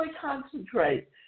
concentrate